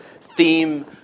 theme